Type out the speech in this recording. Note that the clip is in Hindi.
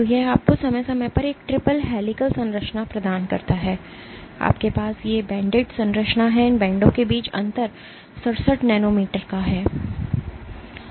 यह आपको समय समय पर एक ट्रिपल हेलिकल संरचना प्रदान करता है आपके पास ये बैंडेड संरचना है इन बैंडों के बीच अंतर 67 नैनोमीटर है